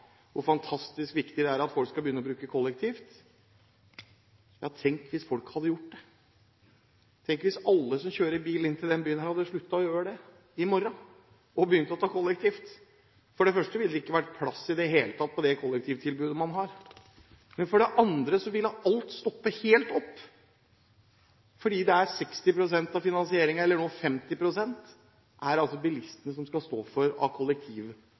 hvor fantastisk viktig det er at folk skal begynne å reise kollektivt: Ja, tenk hvis folk hadde gjort det. Tenk hvis alle som kjører bil inn til denne byen hadde sluttet med det – i morgen – og begynt å reise kollektivt. For det første ville det i det hele tatt ikke vært plass på det kollektivtilbudet man har. For det andre ville alt stoppe helt opp – fordi bilistene skal stå for 60 pst., eller nå 50 pst., av